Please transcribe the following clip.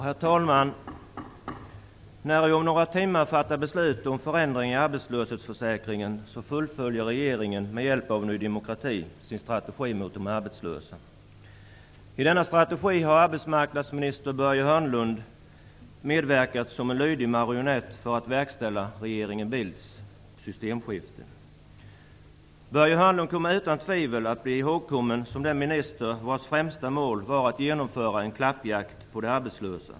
Herr talman! När vi om några timmar fattar beslut om förändringar i arbetslöshetsförsäkringen fullföljer regeringen med hjälp av Ny demokrati sin strategi mot de arbetslösa. I denna strategi har arbetsmarknadsminister Börje Hörnlund medverkat som en lydig marionett för att verkställa regeringen Bildts systemskifte. Börje Hörnlund kommer utan tvivel att bli ihågkommen som den minister vars främsta mål var att genomföra en klappjakt på de arbetslösa!